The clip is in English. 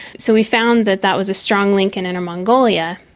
so we found that that was a strong link in inner mongolia.